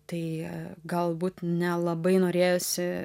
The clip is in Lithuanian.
tai galbūt nelabai norėjosi